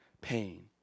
pain